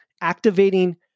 activating